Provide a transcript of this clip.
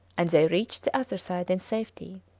and they reached the other side in safety.